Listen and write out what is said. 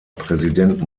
präsident